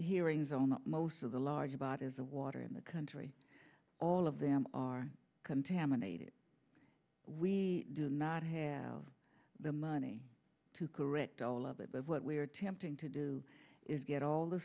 hearings on it most of the large about is a water in the country all of them are contaminated we do not have the money to correct all of it but what we are tempting to do is get all the